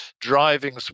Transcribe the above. driving